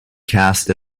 cast